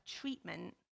treatment